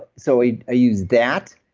so i use that,